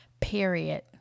Period